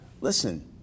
listen